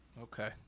Okay